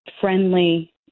friendly